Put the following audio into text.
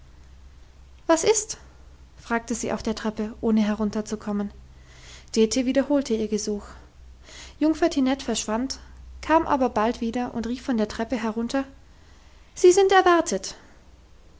was ist fragte sie auf der treppe ohne herunterzukommen dete wiederholte ihr gesuch jungfer tinette verschwand kam aber bald wieder und rief von der treppe herunter sie sind erwartet